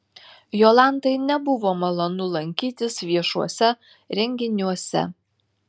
jolantai nebuvo malonu lankytis viešuose renginiuose